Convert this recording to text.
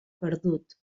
perdut